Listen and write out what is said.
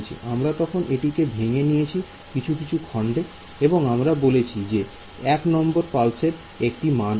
আমরা তখন এটিকে ভেঙে নিয়েছি কিছু খণ্ডে এবং আমরা বলেছি যে এক নম্বর পালসের একটি মান আছে